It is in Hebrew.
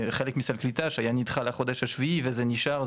חלק מסל קליטה שהיה נדחה לחודש השביעי וזה נשאר,